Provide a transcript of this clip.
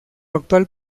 actual